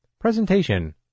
Presentation